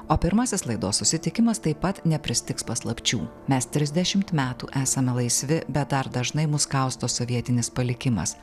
o pirmasis laidos susitikimas taip pat nepristigs paslapčių mes trisdešimt metų esame laisvi bet dar dažnai mus kausto sovietinis palikimas